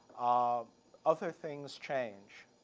um other things change,